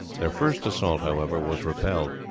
their first assault, however, was repelled,